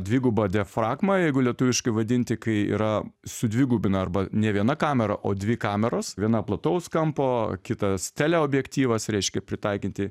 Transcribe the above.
dviguba diafragma jeigu lietuviškai vadinti kai yra sudvigubina arba ne viena kamera o dvi kameros viena plataus kampo kitas teleobjektyvas reiškia pritaikyti